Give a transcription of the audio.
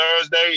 thursday